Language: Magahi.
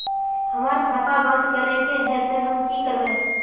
हमर खाता बंद करे के है ते हम की करबे?